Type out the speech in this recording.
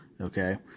okay